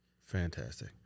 fantastic